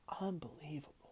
Unbelievable